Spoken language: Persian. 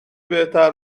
بهتر